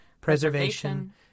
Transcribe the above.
preservation